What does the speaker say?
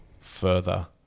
further